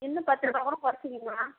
இன்னும் பத்துரூவா கூட குறச்சிக்கிங்கம்மா